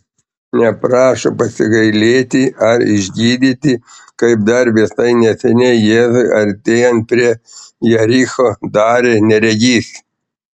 neprašo pasigailėti ar išgydyti kaip dar visai neseniai jėzui artėjant prie jericho darė neregys